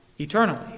eternally